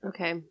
Okay